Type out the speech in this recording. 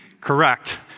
Correct